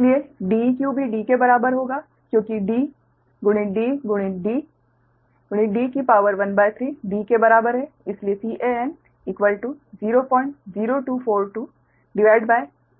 इसलिए Deq भी D के बराबर होगा क्योंकि D गुणित D गुणित D की शक्ति एक तिहाई D के बराबर है इसलिए Can